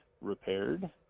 repaired